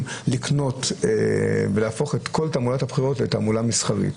לקנות ולהפוך את כל תעמולת הבחירות לתעמולה מסחרית.